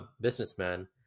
businessman